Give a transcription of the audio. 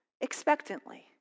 expectantly